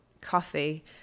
coffee